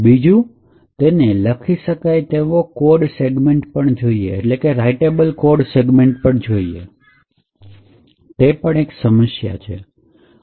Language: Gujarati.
બીજુ તેને લખી શકાય તેવો કોડ સેગમેન્ટ જોઈએ તે પણ એક સમસ્યા થઇ શકે